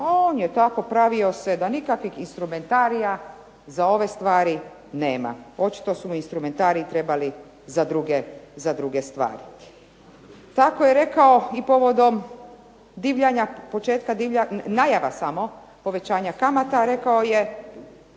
A on je tako pravio se da nikakvih instrumentarija za ove stvari nema. Očito su mu instrumentariji trebali za druge stvari. Tako je rekao i povodom početkom divljanja, najava samo povećanja kamata, rekao je,